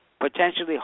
potentially